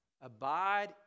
Abide